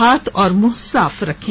हाथ और मुंह साफ रखें